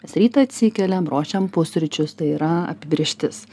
kas rytą atsikeliam ruošiam pusryčius tai yra apibrėžtis